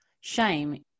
shame